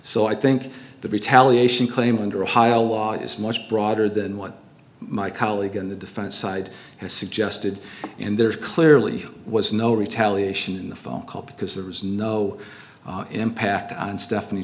so i think the retaliation claim under ohio law is much broader than what my colleague in the defense side has suggested and there clearly was no retaliation in the phone call because there was no impact on stephanie